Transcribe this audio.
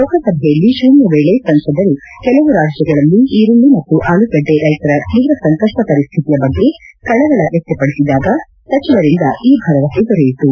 ಲೋಕಸಭೆಯಲ್ಲಿ ಶೂನ್ಯ ವೇಳೆ ಸಂಸದರು ಕೆಲವು ರಾಜ್ಯಗಳಲ್ಲಿ ಈರುಳ್ಳಿ ಮತ್ತು ಆಲೂಗಡ್ಡೆ ರೈತರ ತೀವ್ರ ಸಂಕಪ್ಪ ಪರಿಸ್ಥಿತಿಯ ಬಗ್ಗೆ ಕಳವಳ ವ್ಯಕ್ತಪಡಿಸಿದಾಗ ಸಚಿವರಿಂದ ಈ ಭರವಸೆ ದೊರೆಯಿತು